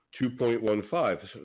2.15